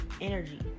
energy